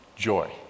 joy